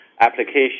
application